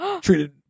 treated